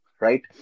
right